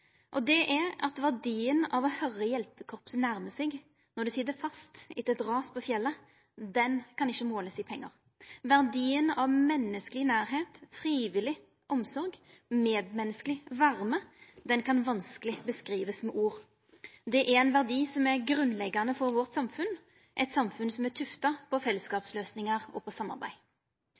Det er at verdien av å høyra hjelpekorpset nærma seg når ein sit fast etter eit ras på fjellet, ikkje kan målast i pengar. Verdien av menneskeleg nærleik, frivillig omsorg, medmenneskeleg varme, kan ein vanskeleg beskriva med ord. Det er ein verdi som er grunnleggjande for vårt samfunn, eit samfunn som er tufta på fellesskapsløysingar og på samarbeid.